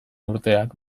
urteak